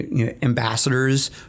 ambassadors